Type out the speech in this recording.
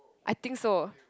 I think so